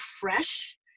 fresh